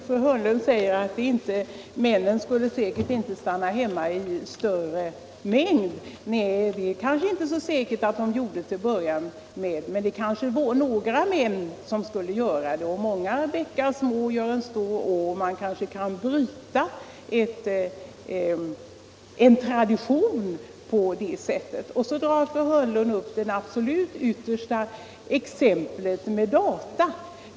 Herr talman! Fru Hörnlund säger att männen skulle säkert inte stanna hemma i större mängd. Nej, kanske inte till att börja med, men några Kvinnor i statlig Kvinnor i statlig ” 130 män skulle nog stanna hemma. Många bäckar små gör en stor å. och man kanske kan bryta en tradition på det sättet. Så tar fru Hörnlund det absolut yttersta exemplet data.